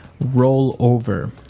Rollover